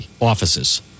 offices